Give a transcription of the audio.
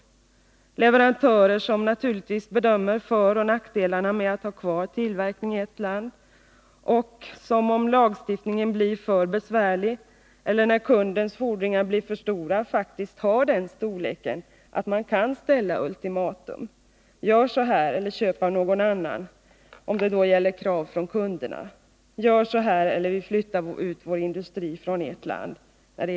Dessa bedömer naturligtvis föroch nackdelarna med att ha kvar tillverkning i ett land. De är faktiskt av den storleken att de, om lagstiftningen blir för besvärlig eller om kundens fordringar blir för stora, kan ställa ultimatum. De kan säga när det gäller krav från kunderna: Gör så här, eller köp av någon annan. Och om lagstiftningen blir för besvärande kan de säga: Gör så här, eller vi flyttar ut vår industri från ert land.